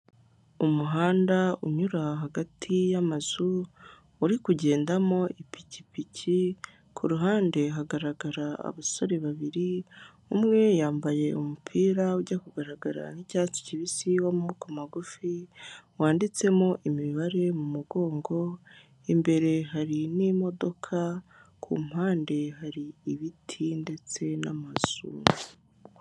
Umuhanda unyura hagati yamazu uri kugendamo ipikipiki, ku ruhande hagaragara abasore babiri umwe yambaye umupira ujya kugaragara nk'icyatsi kibisi w'amaboko magufi wanditsemo imibare mu mugongo, imbere hari n'imodoka, kumpande hari ibiti ndetse n'amazusi.